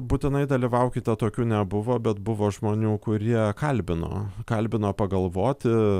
būtinai dalyvaukite tokių nebuvo bet buvo žmonių kurie kalbino kalbino pagalvoti